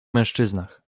mężczyznach